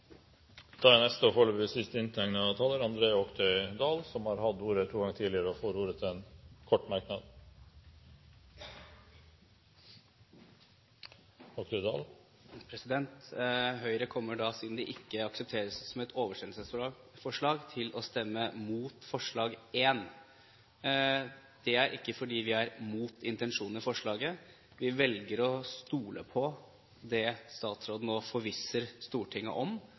har hatt ordet to ganger og får ordet til en kort merknad, begrenset til 1 minutt. Høyre kommer, siden vi ikke aksepterer dette som et oversendelsesforslag, til å stemme mot forslag nr. 1. Det er ikke fordi vi er imot intensjonen i forslaget. Vi velger å stole på det statsråden nå forvisser Stortinget om,